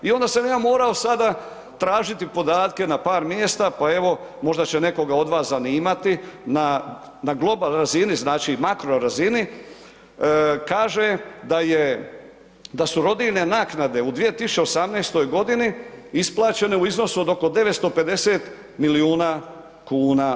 I onda sam ja morao sada tražiti podatke na par mjesta pa evo možda će nekoga od vas zanimati, na globalnoj razini znači makrorazini kaže da su rodiljne naknade u 2018. godini isplaćene u iznosu od oko 950 milijuna kuna.